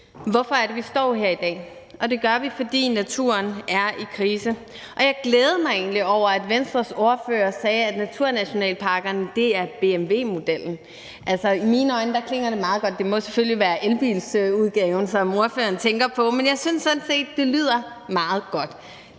Hvorfor er det, vi står her i dag? Det gør vi, fordi naturen er i krise. Og jeg glædede mig egentlig over, at Venstres ordfører sagde, at naturnationalparkerne er BMW-modellen. Altså, i mine ører klinger det meget godt – det må selvfølgelig være elbiludgaven, som ordføreren tænker på. Men jeg synes sådan set, det lyder meget godt.